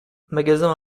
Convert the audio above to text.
magasin